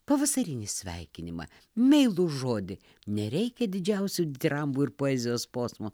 pavasarinį sveikinimą meilų žodį nereikia didžiausių tirambų ir poezijos posmų